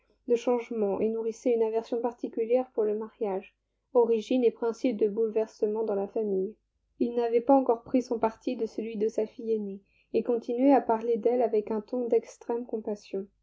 de changement et nourrissait une aversion particulière pour le mariage origine et principe de bouleversement dans la famille il n'avait pas encore pris son parti de celui de sa fille aînée et continuait à parler d'elle avec un ton d'extrême compassion